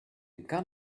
gun